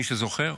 מי שזוכר,